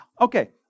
okay